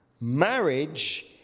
Marriage